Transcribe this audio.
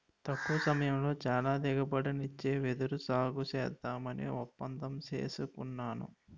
తక్కువ సమయంలో చాలా దిగుబడినిచ్చే వెదురు సాగుసేద్దామని ఒప్పందం సేసుకున్నాను